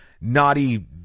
naughty